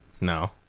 No